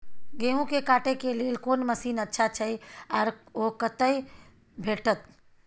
गेहूं के काटे के लेल कोन मसीन अच्छा छै आर ओ कतय भेटत?